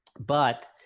but,